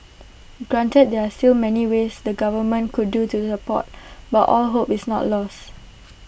granted there are still many ways the government could do to support but all hope is not lost